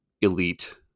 elite